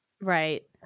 Right